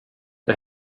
det